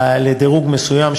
לדירוג מסוים,